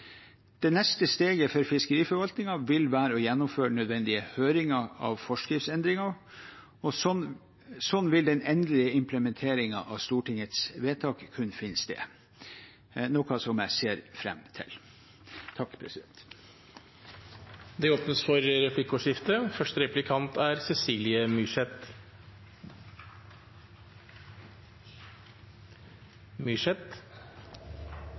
Det neste steget for fiskeriforvaltningen vil være å gjennomføre nødvendige høringer om forskriftsendringer. Slik vil den endelige implementeringen av Stortingets vedtak kunne finne sted, noe jeg ser fram til.